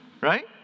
right